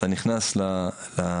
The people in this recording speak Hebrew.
אתה נכנס לאתר.